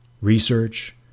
research